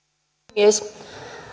puhemies